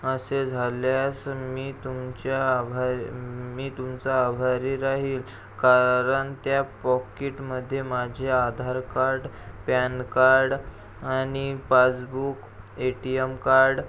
असे झाल्यास मी तुमच्या आभार मी तुमचा आभारी राहील कारण त्या पॉकीटमध्ये माझे आधारकार्ड पॅन कार्ड आणि passbook A T M card